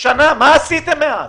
מה עשיתם מאז?